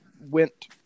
went